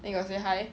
then you got say hi